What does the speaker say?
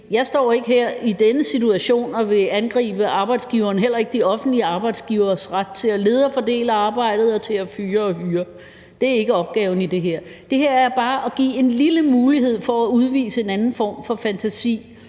Jeg står ikke her i denne situation og vil angribe arbejdsgivernes, heller ikke de offentlige arbejdsgiveres, ret til at lede og fordele arbejdet og til at fyre og hyre. Det er ikke opgaven med det her forslag. Det her er bare at give en lille mulighed for at udvise en anden form for fantasi